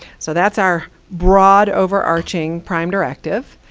so that's our broad, overarching, prime directive.